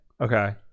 okay